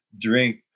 drink